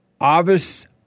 Obvious